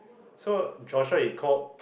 so Joshua he called